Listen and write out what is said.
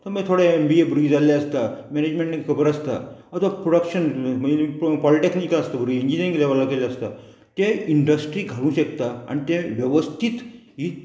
तो मागीर थोडे एम बी ए भुरगीं जाल्ले आसता मॅनेजमेंट खबर आसता तो प्रोडक्शन पॉलिटेनिका आसता भुरगीं इंजिनियरींग लेवला केल्ले आसता ते इंडस्ट्री घालूंक शेकता आनी ते वेवस्थीत ही